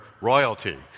royalty